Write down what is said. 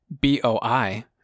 B-O-I